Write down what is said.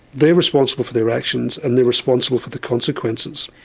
they're responsible for their actions, and they're responsible for the consequences.